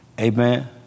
Amen